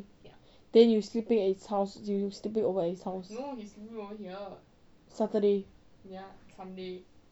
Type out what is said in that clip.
then you sleeping at his house you sleeping over at his house saturday